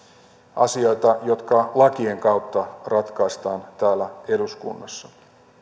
asioita jotka lakien kautta ratkaistaan täällä eduskunnassa